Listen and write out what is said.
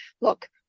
look